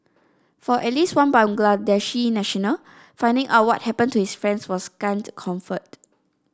for at least one Bangladeshi national finding out what happened to his friend was scant comfort